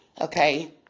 Okay